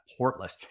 Portless